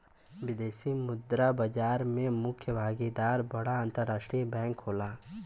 विदेशी मुद्रा बाजार में मुख्य भागीदार बड़ा अंतरराष्ट्रीय बैंक होला